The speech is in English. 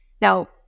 Now